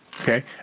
okay